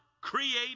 created